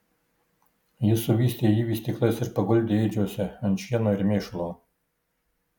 ji suvystė jį vystyklais ir paguldė ėdžiose ant šieno ir mėšlo